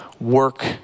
work